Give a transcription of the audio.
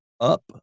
up